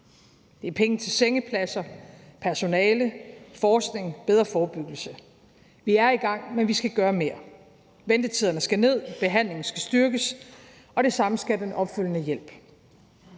om penge til sengepladser, personale, forskning og bedre forebyggelse. Vi er i gang, men vi skal gøre mere. Ventetiden skal ned, behandlingen skal styrkes, og det samme skal den opfølgende hjælp.